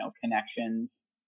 connections